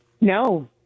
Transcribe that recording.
no